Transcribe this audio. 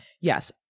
yes